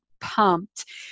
pumped